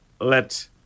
let